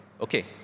okay